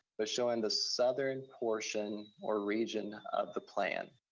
but showing the southern portion or region of the plan.